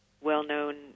well-known